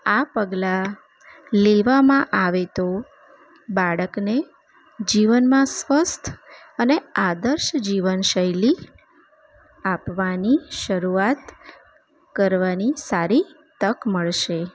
આ પગલાં લેવામાં આવે તો બાળકને જીવનમાં સ્વસ્થ અને આદર્શ જીવનશૈલી આપવાની શરૂઆત કરવાની સારી તક મળશે